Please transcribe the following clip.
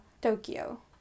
Tokyo